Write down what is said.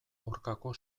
aurkako